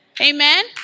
Amen